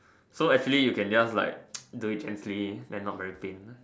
so actually you can just do it gently so not very pain